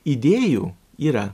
idėjų yra